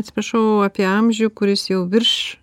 atsiprašau apie amžių kuris jau virš